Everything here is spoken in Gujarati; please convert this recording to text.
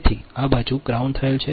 તેથી આ બાજુ ગ્રાઉન્ડ થયેલ છે